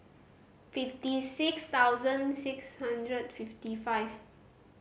fifty six thousand six hundred fifty five